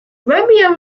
romeo